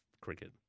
cricket